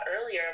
earlier